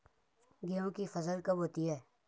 गेहूँ की फसल कब होती है?